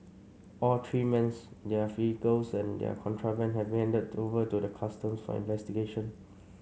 all three men's their vehicles and their contraband have been handed over to the Custom for investigation